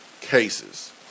cases